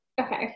Okay